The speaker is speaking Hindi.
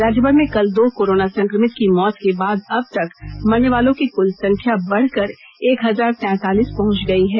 राज्यभर में कल दो कोरोना संक्रमित की मौत के बाद अब तक मरनेवालों की कुल संख्या बढ़कर एक हजार तैतालीस पहुंच गई है